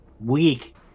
weak